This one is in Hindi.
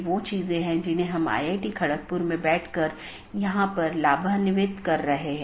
इसके बजाय BGP संदेश को समय समय पर साथियों के बीच आदान प्रदान किया जाता है